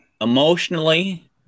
emotionally